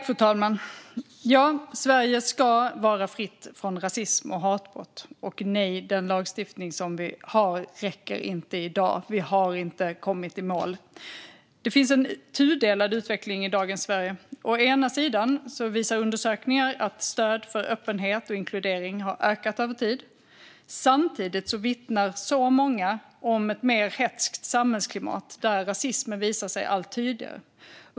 Fru talman! Ja, Sverige ska vara fritt från rasism och hatbrott. Nej, den lagstiftning vi har i dag räcker inte. Vi har inte kommit i mål. Det finns en tudelad utveckling i dagens Sverige. Å ena sidan visar undersökningar att stöd för öppenhet och inkludering har ökat över tid. Samtidigt vittnar så många om ett mer hätskt samhällsklimat där rasismen visar sig allt tydligare.